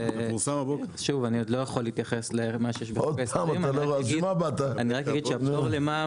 אני עוד לא יכולה להתייחס אבל הפטור למע"מ